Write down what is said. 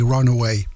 Runaway